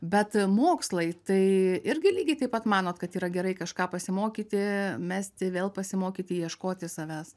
bet mokslai tai irgi lygiai taip pat manot kad yra gerai kažką pasimokyti mesti vėl pasimokyti ieškoti savęs